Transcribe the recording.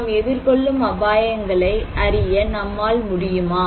நாம் எதிர்கொள்ளும் அபாயங்களை அறிய நம்மால் முடியுமா